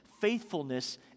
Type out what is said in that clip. faithfulness